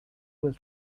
will